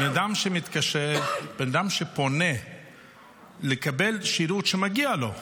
בן אדם שמתקשר, בן אדם שפונה לקבל שירות שמגיע לו,